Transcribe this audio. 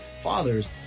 fathers